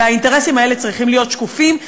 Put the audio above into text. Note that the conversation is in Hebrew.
והאינטרסים צריכים להיות שקופים,